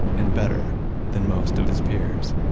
and better than most of his peers